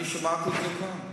אני שמעתי את זה כאן.